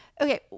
Okay